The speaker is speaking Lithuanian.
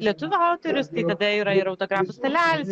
lietuvių autorius tai tada yra ir autografų stalelis